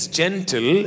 gentle